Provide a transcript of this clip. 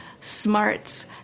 smarts